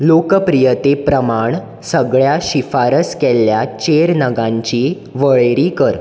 लोकप्रियते प्रमाण सगळ्यां शिफारस केल्ल्या चेर नगांची वळेरी कर